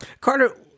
Carter